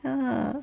ah